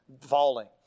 falling